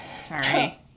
Sorry